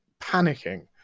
panicking